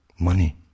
Money